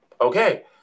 okay